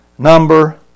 Number